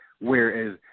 whereas